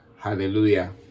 Hallelujah